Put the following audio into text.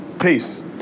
peace